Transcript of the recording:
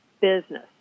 business